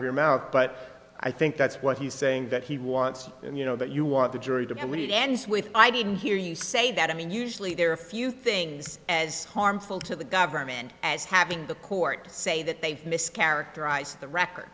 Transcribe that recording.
of your mouth but i think that's what he's saying that he wants and you know that you want the jury to believe ends with i didn't hear you say that i mean usually there are a few things as harmful to the government as having the court say that they've mischaracterized the record